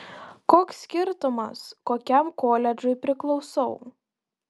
koks skirtumas kokiam koledžui priklausau